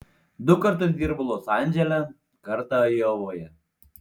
du kartus dirbau los andžele kartą ajovoje